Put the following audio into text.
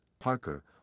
Parker